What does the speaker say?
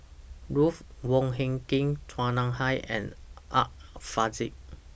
Ruth Wong Hie King Chua Nam Hai and Art Fazil